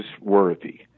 worthy